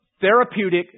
therapeutic